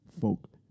folk